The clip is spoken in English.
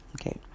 Okay